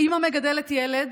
אימא מגדלת ילד,